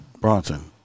Bronson